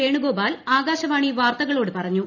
വേണുഗോപാൽ ആകാശവാണി വാർത്തകളോട് പറഞ്ഞു